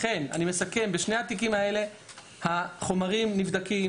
לכן בשני התיקים האלה החומרים נבדקים,